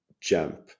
jump